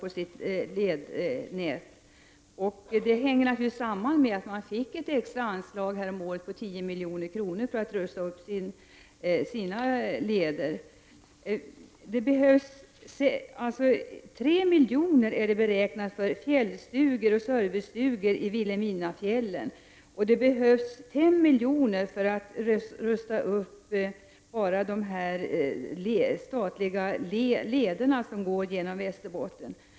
Det hänger naturligtvis samman med att Norrbotten häromåret fick ett extra anslag på 10 milj.kr. för att rusta upp sina leder. Man har beräknat 3 milj.kr. för fjällstugor och servicestugor i Vilhelminafjällen. Och det behövs 5 milj.kr. för att rusta upp enbart de statliga lederna som går genom Västerbotten.